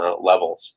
levels